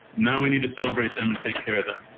now we need to celebrate them and take care of them.